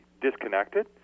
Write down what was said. disconnected